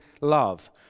love